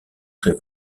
très